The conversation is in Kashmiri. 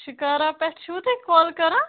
شِکارہ پٮ۪ٹھ چھِوٕ تُہۍ کال کران